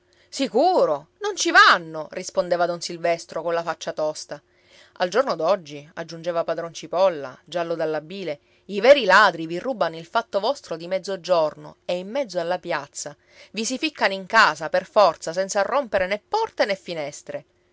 sicuro non ci vanno rispondeva don silvestro colla faccia tosta al giorno d'oggi aggiungeva padron cipolla giallo dalla bile i veri ladri vi rubano il fatto vostro di mezzogiorno e in mezzo alla piazza i si ficcano in casa per forza senza rompere né porte né finestre